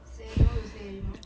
sian I don't know what to say anymore